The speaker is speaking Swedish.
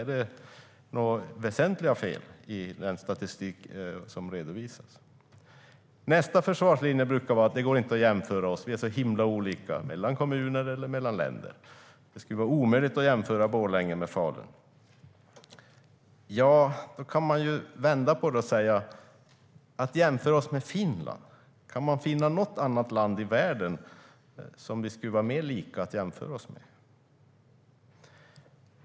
Är det några väsentliga fel i den statistik som redovisas? Nästa försvarslinje brukar vara att det inte går att jämföra kommuner och länder, för de är så himla olika. Det skulle vara omöjligt att jämföra Borlänge och Falun. Låt oss vända på det. När det gäller att jämföra oss med Finland, kan vi finna något annat land i världen att jämföra oss med som vi är mer lika?